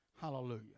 Hallelujah